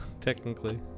Technically